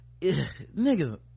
Niggas